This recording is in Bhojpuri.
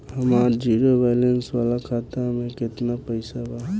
हमार जीरो बैलेंस वाला खाता में केतना पईसा बा?